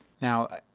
Now